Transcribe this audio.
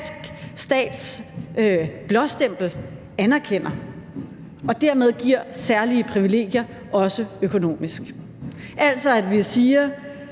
danske stats blåstempel anerkender og dermed giver særlige privilegier, også økonomisk. Altså at vi siger: